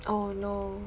oh no